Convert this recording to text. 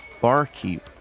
barkeep